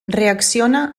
reacciona